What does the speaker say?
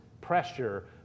pressure